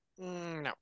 no